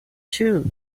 too